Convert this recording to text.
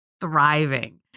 thriving